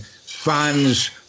Fans